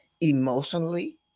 emotionally